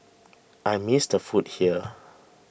I miss the food here